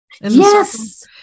Yes